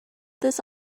this